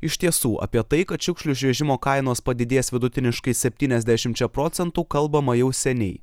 iš tiesų apie tai kad šiukšlių išvežimo kainos padidės vidutiniškai septyniasdešimčia procentų kalbama jau seniai